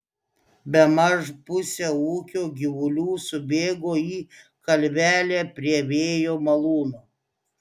bemaž pusė ūkio gyvulių subėgo į kalvelę prie vėjo malūno